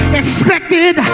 expected